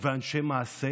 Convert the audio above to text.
ואנשי מעשה